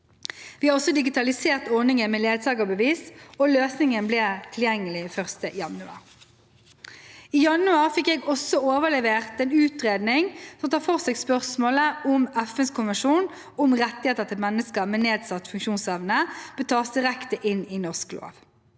Vi har også digitalisert ordningen med ledsagerbevis. Løsningen ble tilgjengelig 1. januar. I januar fikk jeg også overlevert en utredning som tar for seg spørsmålet om FNs konvensjon om rettighetene til mennesker med nedsatt funksjonsevne bør tas direkte inn i norsk lov.